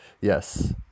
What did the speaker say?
Yes